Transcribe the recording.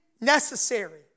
necessary